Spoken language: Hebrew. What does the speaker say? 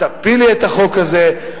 את תפילי את החוק הזה,